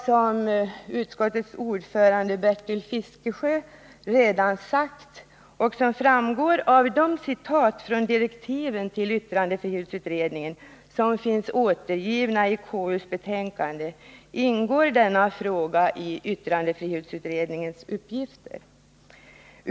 Som utskottets talesman, Bertil Fiskesjö, redan sagt och som framgår av de citat från direktiven till yttrandefrihetsutredningen som finns återgivna i konstitutionsutskottets betänkande ingår denna fråga i yttrandefrihetsutredningens uppgifter.